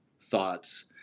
thoughts